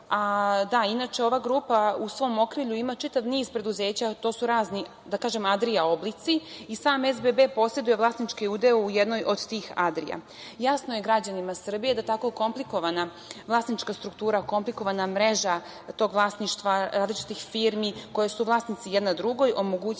Inače, ova grupa u svom okrilju ima čitav niz preduzeća. To su razni, da kažem, adria oblici i sam SBB poseduje vlasnički udeo u jednoj od tih adria. Jasno je građanima Srbije da tako komplikovana vlasnička struktura, komplikovana mreža tog vlasništva različitih firmi koje su vlasnici jedna drugoj omogućuje